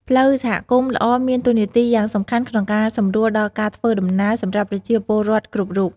ផ្លូវសហគមន៍ល្អមានតួនាទីយ៉ាងសំខាន់ក្នុងការសម្រួលដល់ការធ្វើដំណើរសម្រាប់ប្រជាពលរដ្ឋគ្រប់រូប។